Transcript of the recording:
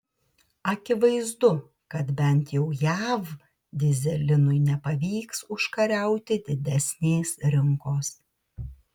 akivaizdu kad bent jau jav dyzelinui nepavyks užkariauti didesnės rinkos